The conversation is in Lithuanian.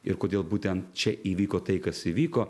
ir kodėl būtent čia įvyko tai kas įvyko